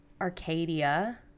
Arcadia